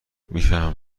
میفهمم